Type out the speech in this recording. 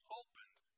opened